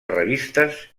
revistes